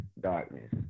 darkness